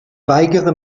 weigere